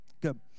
Good